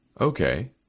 Okay